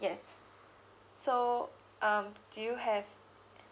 yes so um do you have